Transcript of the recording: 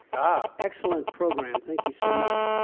excellent program. thank you so much.